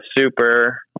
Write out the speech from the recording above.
Super